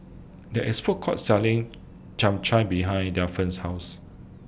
There IS Food Court Selling Chap Chai behind Delphia's House